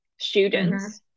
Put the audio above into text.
students